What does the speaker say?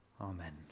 Amen